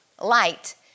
light